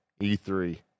E3